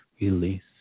release